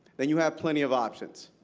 then you have plenty of options.